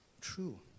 true